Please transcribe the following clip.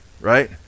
right